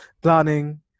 planning